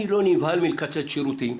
אני לא נבהל מקיצוץ שירותים.